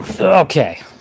Okay